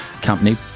company